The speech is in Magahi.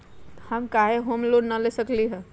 हम काहे होम लोन न ले सकली ह?